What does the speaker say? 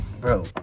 Bro